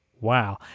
Wow